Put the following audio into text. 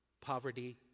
Poverty